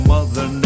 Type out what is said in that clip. Mother